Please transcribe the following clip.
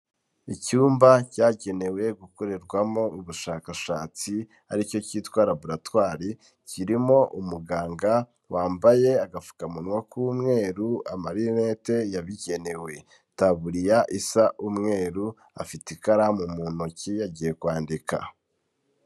Icyumba cyagenewe gukorerwamo ubushakashatsi aricyo cyitwa raboratwari, kirimo umuganga wambaye agapfukamunwa k'umweru, amarinete yabigenewe itaburiya isa umweru, afite ikaramu mu ntoki agiye kwandika.